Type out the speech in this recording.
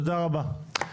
תודה רבה.